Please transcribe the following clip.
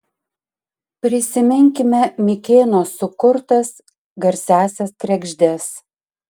prisiminkime mikėno sukurtas garsiąsias kregždes